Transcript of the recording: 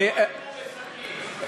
אבל לא איימו בסכין.